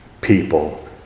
People